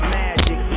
magic